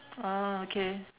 ah okay